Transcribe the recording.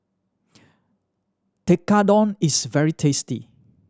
tekkadon is very tasty